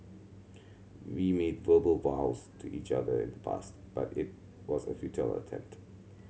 we made verbal vows to each other in the past but it was a futile attempt